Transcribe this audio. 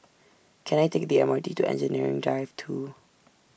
Can I Take The M R T to Engineering Drive two